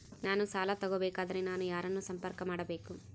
ನಾನು ಸಾಲ ತಗೋಬೇಕಾದರೆ ನಾನು ಯಾರನ್ನು ಸಂಪರ್ಕ ಮಾಡಬೇಕು?